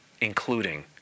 including